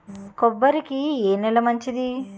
కొబ్బరి కి ఏ నేల మంచిది?